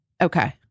Okay